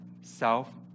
self